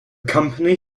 company